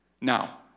Now